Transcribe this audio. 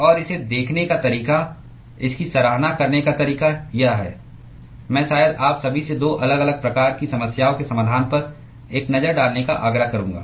और इसे देखने का तरीका इसकी सराहना करने का तरीका यह है मैं शायद आप सभी से 2 अलग अलग प्रकार की समस्याओं के समाधान पर एक नज़र डालने का आग्रह करूंगा